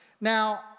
Now